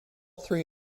three